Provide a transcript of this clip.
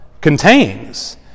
contains